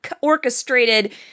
orchestrated